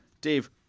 Dave